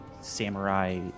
samurai